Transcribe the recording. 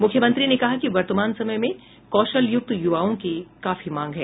मुख्यमंत्री ने कहा कि वर्तमान समय में कौशलय्क्त य्वाओं की काफी मांग है